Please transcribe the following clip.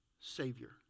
Savior